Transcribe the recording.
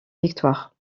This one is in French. victoires